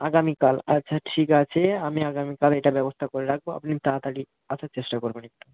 আগামীকাল আচ্ছা ঠিক আছে আমি আগামীকাল এইটার ব্যবস্থা করে রাখব আপনি তাড়াতাড়ি আসার চেষ্টা করবেন একটু